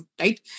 right